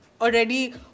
already